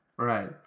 right